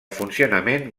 funcionament